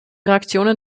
reaktionen